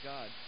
God